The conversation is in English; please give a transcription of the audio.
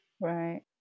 Right